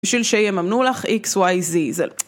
בשביל שיממנו לך XYZ